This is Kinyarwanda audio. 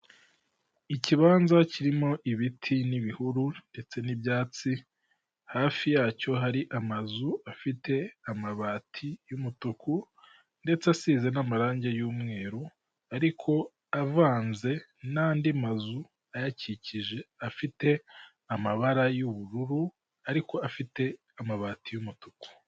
Ikibanza kirimo ibiti n'ibihuru ndetse n'ibyatsi, hafi yacyo hari amazu afite amabati y'umutuku ndetse asize n'amarangi y'umweru ariko avanze n'andi mazu ayakikije afite amabara y'ubururu ariko afite amabati y'umutuku.